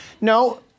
No